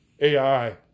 AI